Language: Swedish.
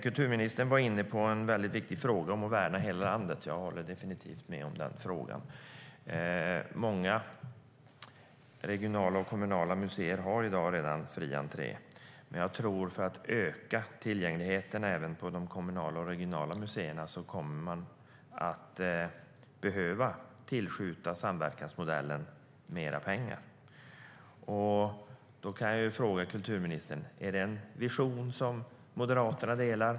Kulturministern var inne på en viktig fråga om att värna hela landet. Jag håller definitivt med om den frågan. Många regionala och kommunala museer har redan i dag fri entré. För att öka tillgängligheten även på de kommunala och regionala museerna kommer man att behöva tillskjuta samverkansmodellen mer pengar. Är det en vision som Moderaterna delar?